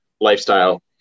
lifestyle